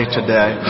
today